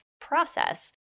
process